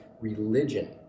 religion